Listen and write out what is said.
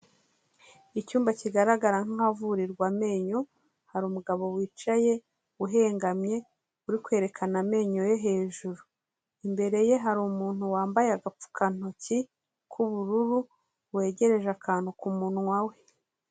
Icyumba kigaragara nk'ahavurirwa amenyo, hari umugabo wicaye uhengamye uri kwerekana amenyo yo hejuru, imbere ye hari umuntu wambaye agapfukantoki k'ubururu wegereje akantu ku munwa we.